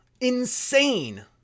insane